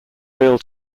real